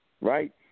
right